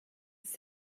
ist